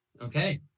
Okay